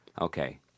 Okay